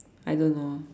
I don't know